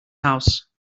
house